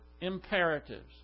imperatives